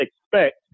expect